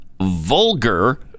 vulgar